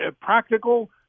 practical